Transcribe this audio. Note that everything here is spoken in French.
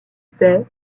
paix